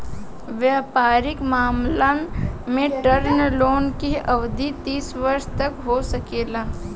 वयपारिक मामलन में टर्म लोन के अवधि तीस वर्ष तक हो सकेला